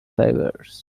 fibers